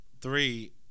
Three